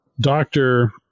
doctor